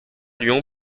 lyon